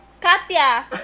Katya